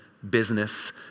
business